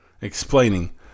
explaining